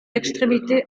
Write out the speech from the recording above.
extrémités